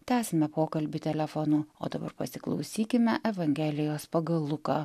tęsime pokalbį telefonu o dabar pasiklausykime evangelijos pagal luką